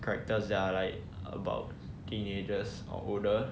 characters that are like about teenagers or older